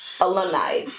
alumni